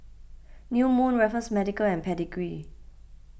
New Moon Raffles Medical and Pedigree